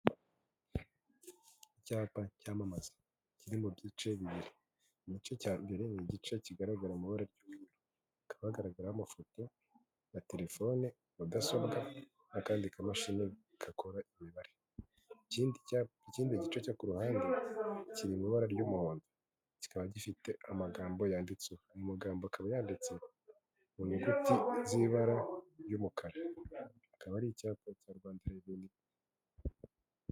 Icyapa cyamamaza kiri mu byice bibiri, igice cya mbere ni igice kigaragara amabara ry'kabagaragaraho amafoto ya telefone mudasobwa n'akandi kamashini gakora imibare, ikindi ikindi gice cyo ku ruhande kiri mu ibara ry'umuhondo kikaba gifite amagambo yanditse a amagambogambo akaba yanditse mu nyuguti z'ibara ry'umukara akaba ari icyapa cya Rwanda Revenue.